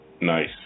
Nice